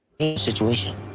situation